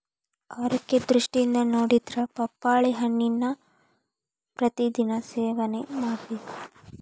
ಆರೋಗ್ಯ ದೃಷ್ಟಿಯಿಂದ ನೊಡಿದ್ರ ಪಪ್ಪಾಳಿ ಹಣ್ಣನ್ನಾ ಪ್ರತಿ ದಿನಾ ಸೇವನೆ ಮಾಡಬೇಕ